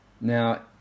Now